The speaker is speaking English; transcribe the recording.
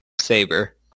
Saber